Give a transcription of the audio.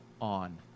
on